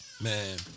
Man